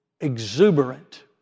exuberant